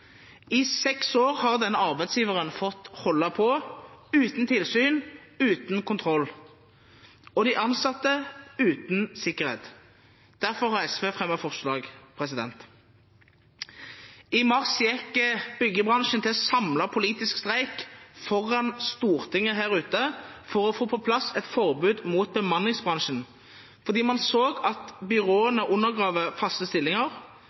I seks år har denne arbeidsgiveren fått holde på uten tilsyn, uten kontroll – og de ansatte uten sikkerhet. Derfor har SV fremmet forslag. I mars gikk byggebransjen til samlet politisk streik foran Stortinget for å få på plass et forbud mot bemanningsbransjen, fordi man så at